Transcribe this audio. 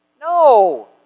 No